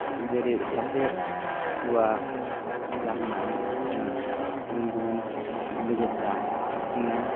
जेरै सासे सुवा जाहोनानै जों गुबुन गुबुन लोगोफ्रा खारथिंनाय